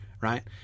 right